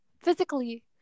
physically